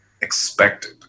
expected